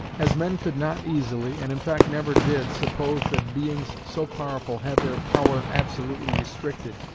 as men could not easily, and in fact never did, suppose that beings so powerful had their power absolutely restricted,